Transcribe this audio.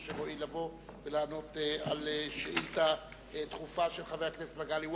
אשר הואיל לבוא ולענות על שאילתא דחופה של חבר הכנסת מגלי והבה.